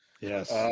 Yes